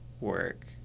work